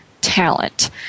talent